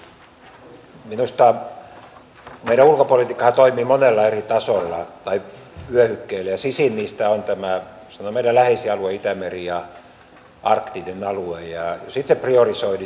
minusta meidän ulkopolitiikkahan toimii monella eri tasolla tai vyöhykkeellä ja sisin niistä on tämä sanotaan meidän läheisin alue itämeri ja arktinen alue ja sitten se priorisoi vissiin sen mitä meidän tässä tilanteessa pitää tehdä